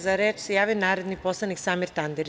Za reč se javio narodni poslanik Samir Tandir.